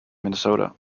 minnesota